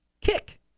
kick